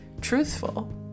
truthful